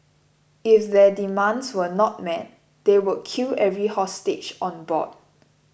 if their demands were not met they would kill every hostage on board